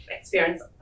experience